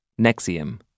Nexium